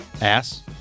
Ass